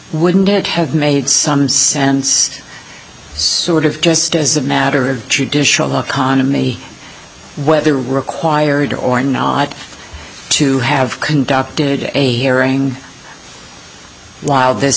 wouldn't it have made some sense sort of just as a matter of judicial economy whether required or not to have conducted a airing while this